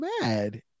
mad